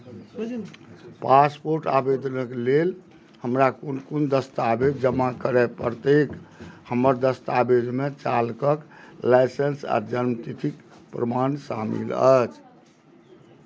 passport आवेदनक लेल हमरा कोन कोन दस्तावेज जमा करय पड़तैक हमर दस्तावेजमे चालकक लाइसेंस आ जन्मतिथिक प्रमाण शामिल अछि